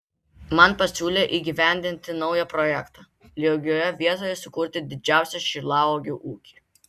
man pasiūlė įgyvendinti naują projektą lygioje vietoje sukurti didžiausią šilauogių ūkį